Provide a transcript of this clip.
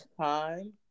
time